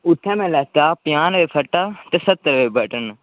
उत्थैं मैं लैता पंजाह् रपेऽ फट्टा ते सत्तर रपेऽ बटन